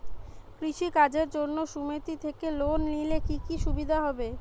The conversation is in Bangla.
কৃষি কাজের জন্য সুমেতি থেকে লোন নিলে কি কি সুবিধা হবে?